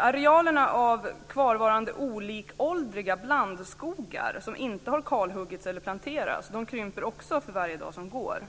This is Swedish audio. Arealerna av kvarvarande olikåldriga blandskogar som inte har kalhuggits eller planterats krymper också för varje dag som går.